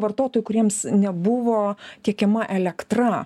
vartotojų kuriems nebuvo tiekiama elektra